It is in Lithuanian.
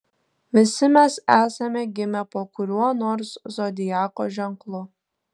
visi mes esame gimę po kuriuo nors zodiako ženklu